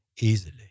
easily